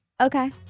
Okay